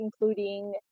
including